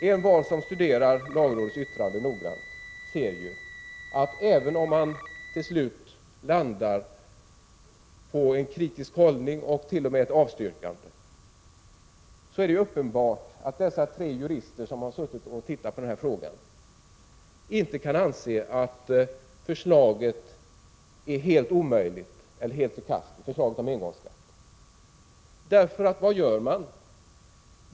Envar som studerar lagrådets yttrande noggrant ser ju, även om yttrandet till slut landar på en kritisk hållning och t.o.m. ett avstyrkande, att det är uppenbart att dessa tre jurister som studerat frågan inte kan anse att förslaget om engångsskatt är helt omöjligt eller helt förkastligt. För vad gör de?